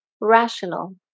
rational